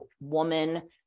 woman